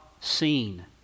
seen